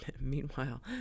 meanwhile